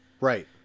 Right